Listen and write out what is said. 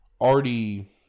already